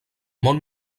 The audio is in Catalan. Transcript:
món